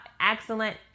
Excellent